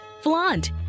Flaunt